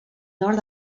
nord